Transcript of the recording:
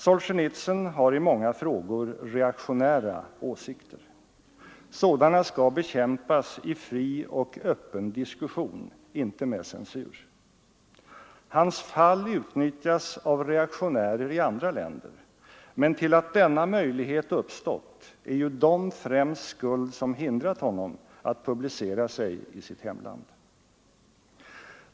Solzjenitsyn har i många frågor reaktionära åsikter. Sådana skall bekämpas i fri och öppen debatt, inte med censur. Hans fall utnyttjas av reaktionärer i andra länder, men till att denna möjlighet uppstått är ju främst de skuld som hindrat honom att publicera sig i sitt hemland.